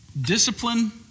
Discipline